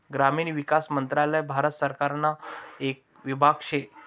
ग्रामीण विकास मंत्रालय भारत सरकारना येक विभाग शे